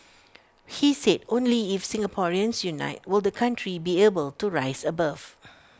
he said only if Singaporeans unite will the country be able to rise above